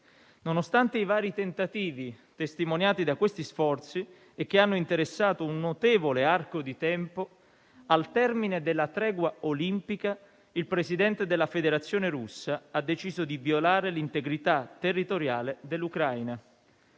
Nonostante i vari tentativi, testimoniati da questi sforzi, che hanno interessato un notevole arco di tempo, al termine della tregua olimpica il Presidente della Federazione Russa ha deciso di violare l'integrità territoriale dell'Ucraina.